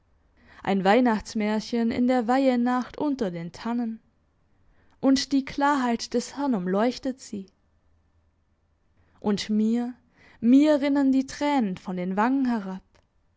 augen ein weihnachtsmärchen in der weihenacht unter den tannen und die klarheit des herrn umleuchtet sie und mir mir rinnen die tränen von den wangen herab aber